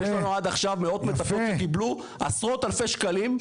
ויש לנו עד עכשיו מאות מטפלות שקיבלו עשרות אלפי שקלים.